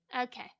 Okay